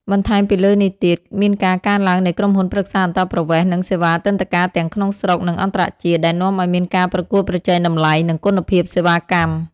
បន្ថែមពីលើនេះទៀត មានការកើនឡើងនៃក្រុមហ៊ុនប្រឹក្សាអន្តោប្រវេសន៍ និងសេវាទិដ្ឋាការទាំងក្នុងស្រុក និងអន្តរជាតិ ដែលនាំឱ្យមានការប្រកួតប្រជែងតម្លៃ និងគុណភាពសេវាកម្ម។